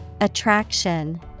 Attraction